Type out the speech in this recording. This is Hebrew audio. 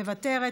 מוותרת,